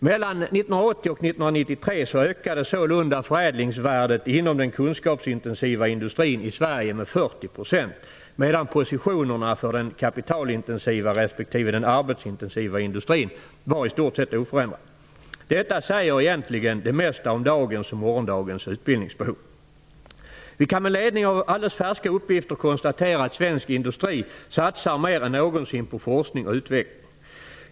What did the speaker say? Mellan 1980 och 1993 ökade sålunda förädlingsvärdet inom den kunskapsintensiva industrin i Sverige med 40 %, medan positionerna för den kapitalintensiva industrin i stort sett var oförändrade. Detta säger egentligen det mesta om dagens och morgondagens utbildningsbehov. Vi kan med ledning av alldeles färska uppgifter konstatera att svensk industri just nu satsar mer än någonsin på forskning och utveckling.